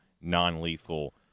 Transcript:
non-lethal